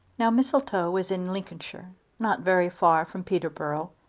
now mistletoe was in lincolnshire, not very far from peterborough,